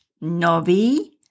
novi